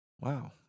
Wow